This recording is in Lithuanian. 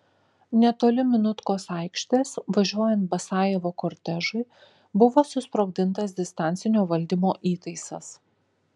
netoli minutkos aikštės važiuojant basajevo kortežui buvo susprogdintas distancinio valdymo įtaisas